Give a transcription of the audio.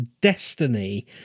destiny